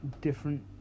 different